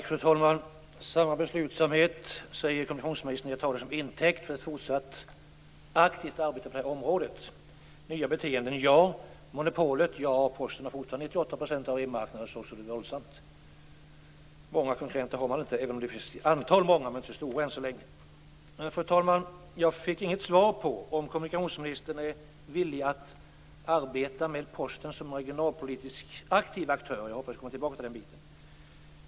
Fru talman! Samma beslutsamhet, säger kommunikationsministern. Jag tar det som intäkt för ett fortsatt aktivt arbete på det här området. Nya beteenden - ja. Monopolet - ja. Posten har fortfarande 98 % av brevmarknaden. Många konkurrenter har man inte. Även om det finns ett antal är de inte så stora än så länge. Fru talman! Jag fick inget svar på om kommunikationsministern är villig att arbeta med Posten som regionalpolitiskt aktiv aktör. Jag hoppas att hon kommer tillbaka till den biten.